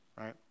right